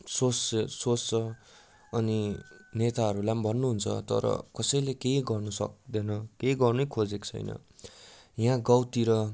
सोस सोच्छ अनि नेताहरूलाई पनि भन्नुहुन्छ तर कसैले केही गर्नु सक्दैन केही गर्नै खोजेको छैन यहाँ गाउँतिर